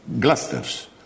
clusters